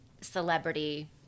celebrity